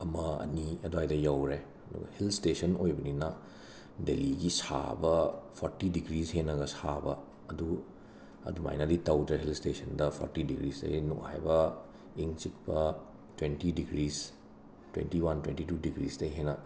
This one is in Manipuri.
ꯑꯃ ꯑꯅꯤ ꯑꯗ꯭ꯋꯥꯗ ꯌꯧꯔꯦ ꯑꯗꯨꯒ ꯍꯤꯜ ꯁ꯭ꯇꯦꯁꯟ ꯑꯣꯏꯕꯅꯤꯅ ꯗꯦꯂꯤꯒꯤ ꯁꯥꯕ ꯐꯣꯔꯇꯤ ꯗꯤꯒ꯭ꯔꯤꯁ ꯍꯦꯟꯅꯒ ꯁꯥꯕ ꯑꯗꯨ ꯑꯗꯨꯃꯥꯏꯅꯗꯤ ꯇꯧꯗ꯭ꯔꯦ ꯍꯤꯜ ꯁ꯭ꯇꯦꯁꯟꯗ ꯐꯣꯔꯇꯤ ꯗꯤꯒ꯭ꯔꯤꯁꯇꯒꯤ ꯅꯨꯡꯉꯥꯏꯕ ꯏꯪ ꯆꯤꯛꯄ twenty degrees twenty one twenty two ꯗꯤꯒ꯭ꯔꯤꯁꯇꯒꯤ ꯍꯦꯟꯅ